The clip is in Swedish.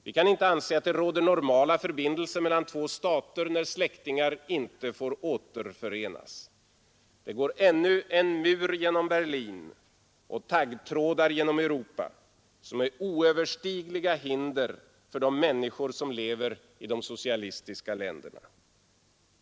Vi kan inte anse att det råder normala förbindelser mellan två stater när släktingar inte får återförenas. Det går ännu en mur genom Berlin och taggtrådar genom Europa som är oöverstigliga hinder för de människor som lever i de socialistiska länderna.